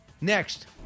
Next